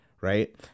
Right